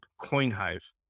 Coinhive